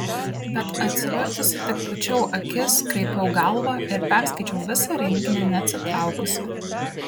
bet atsivertusi tik pūčiau akis kraipiau galvą ir perskaičiau visą rinkinį neatsitraukusi